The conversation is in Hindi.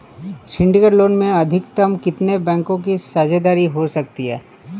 सिंडिकेट लोन में अधिकतम कितने बैंकों की साझेदारी हो सकती है?